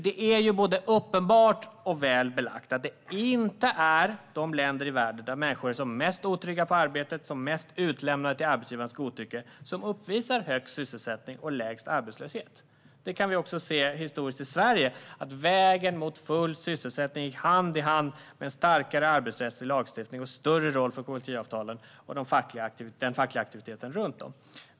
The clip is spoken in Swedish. Det är nämligen uppenbart och väl belagt att det inte är de länder i världen där människor är som mest otrygga på arbetet och som mest utlämnade till arbetsgivarens godtycke som uppvisar högst sysselsättning och lägst arbetslöshet. Vi kan se historiskt i Sverige att utvecklingen mot full sysselsättning gick hand i hand med en starkare arbetsrättslig lagstiftning och en större roll för kollektivavtalen och för den fackliga aktiviteten runt dem.